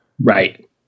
right